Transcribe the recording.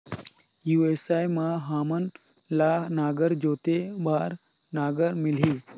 ई व्यवसाय मां हामन ला नागर जोते बार नागर मिलही?